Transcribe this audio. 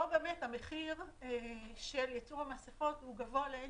פה המחיר של ייצור המסכות הוא גבוה לאין